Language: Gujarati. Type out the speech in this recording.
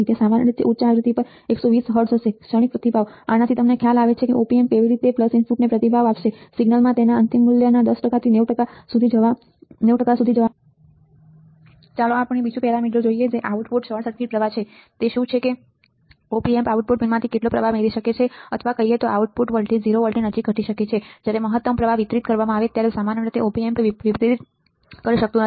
તે સામાન્ય રીતે છે ઉચ્ચ આવૃતિ પર 120 Hz ક્ષણિક પ્રતિભાવ આનાથી તમને ખ્યાલ આવે છે કે op amp કેવી રીતે ઇનપુટને પ્રતિભાવ આપશે સિગ્નલ તેના અંતિમ મૂલ્યના 10 થી 90 સુધી જવા માટે ચાલો આપણે બીજું પેરામીટર જોઈએ જે આઉટપુટ શોર્ટ સર્કિટ પ્રવાહ છે તે શું છે કે op amp આઉટપુટ પિનમાંથી કેટલો પ્રવાહ મેળવી શકે છે અથવા કહીએ તો આઉટપુટ વોલ્ટેજ 0 વોલ્ટની નજીક ઘટી શકે છે જ્યારે મહત્તમ પ્રવાહ વિતરિત કરવામાં આવે ત્યારે સામાન્ય રીતે op amp વિતરિત કરી શકતું નથી